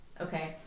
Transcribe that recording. Okay